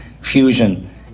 fusion